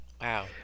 Wow